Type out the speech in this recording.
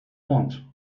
want